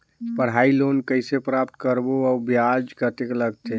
पढ़ाई लोन कइसे प्राप्त करबो अउ ब्याज कतेक लगथे?